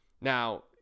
Now